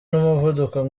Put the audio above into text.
n’umuvuduko